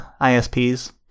ISPs